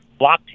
blockchain